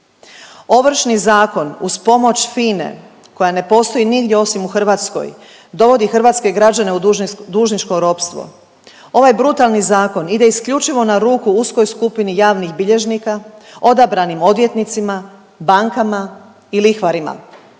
Ovršni zakon uz pomoć FINE koja ne postoji nigdje osim u Hrvatskoj dovodi hrvatske građane u dužničko ropstvo. Ovaj brutalni zakon ide isključivo na ruku uskoj skupini javnih bilježnika, odabranim odvjetnicima, bankama i lihvarima.